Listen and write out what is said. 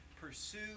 pursue